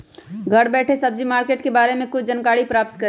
घर बैठे सब्जी मार्केट के बारे में कैसे जानकारी प्राप्त करें?